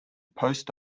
post